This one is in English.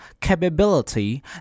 capability